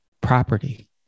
property